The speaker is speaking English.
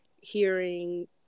hearing